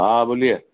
હા બોલીએ